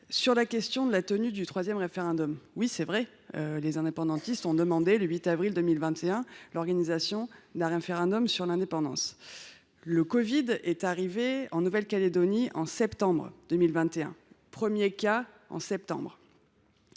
d’impartialité pour la tenue du troisième référendum. Oui, c’est vrai, les indépendantistes ont demandé le 8 avril 2021 l’organisation d’un référendum sur l’indépendance. La covid est arrivée en Nouvelle Calédonie en septembre 2021 – c’est la date du premier